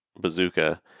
bazooka